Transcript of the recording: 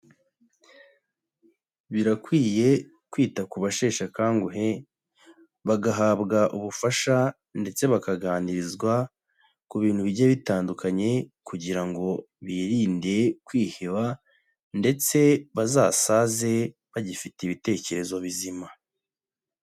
Birakwiye kwita ku basheshe akanguhe bagahabwa ubufasha ndetse bakaganirizwa ku bintu bigiye bitandukanye, kugira ngo birinde kwiheba ndetse bazasaze bagifite ibitekerezo bizima.